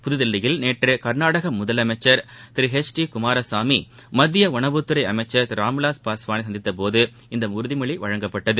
புதுதில்லியில் நேற்றுகர்நாடகமுதலமைச்சர் திருஹெச் டி குமாரசாமி மத்தியஉணவுத்துறைஅமைச்சர் திருராம் விலாஸ் பாஸ்வானைசந்தித்தபோது இந்தஉறுதிமொழிஅளிக்கப்பட்டது